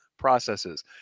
Processes